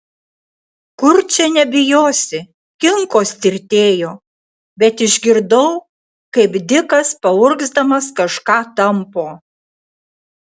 kur čia nebijosi kinkos tirtėjo bet išgirdau kaip dikas paurgzdamas kažką tampo